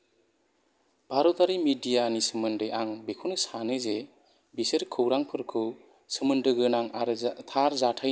भारतारि मिडियानि सोमोन्दै आं बिखौनो सानो जे बिसोर खौरांफोरखौ सोमोन्दो गोनां आरो थार जाथायनि सायाव दिन्थिया